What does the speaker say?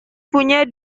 punya